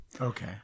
Okay